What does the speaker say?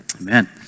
Amen